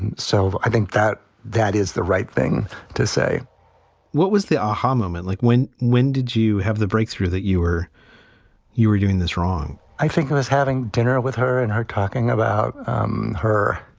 and so i think that that is the right thing to say what was the aha moment like? when when did you have the breakthrough that you were you were doing this wrong? i think i was having dinner with her and her talking about um her